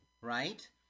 right